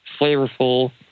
flavorful